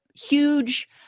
huge